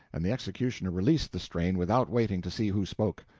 and the executioner released the strain without waiting to see who spoke.